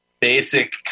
basic